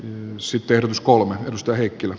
miksi peruskoulu josta heikkilä